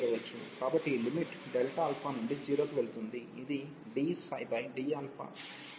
కాబట్టి ఈ లిమిట్ Δα నుండి 0 కి వెళుతుంది ఇది dd అవకలనం అవుతుంది